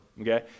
Okay